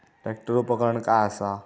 Tractor उपकरण काय असा?